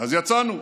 אז יצאנו,